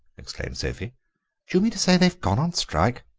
exclaimed sophie do you mean to say they've gone on strike?